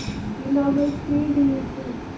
تیٚلہِ لاگو أسۍ کے ڈی یی تہٕ